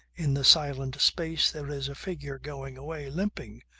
in the silent space there is a figure going away, limping.